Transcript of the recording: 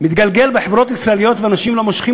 מתגלגל בחברות ישראליות ואנשים לא מושכים